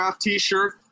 T-shirt